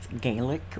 Gaelic